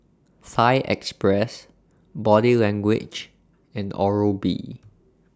Thai Express Body Language and Oral B